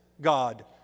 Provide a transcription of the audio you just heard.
God